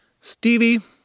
Stevie